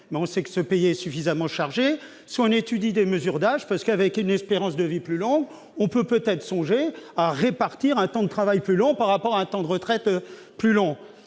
mais ce pays est suffisamment chargé, soit on étudie des mesures d'âge, parce qu'avec une espérance de vie plus longue on peut peut-être songer à répartir un temps de travail plus long par rapport à un temps de retraite plus long.